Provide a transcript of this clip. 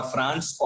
France